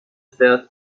fährt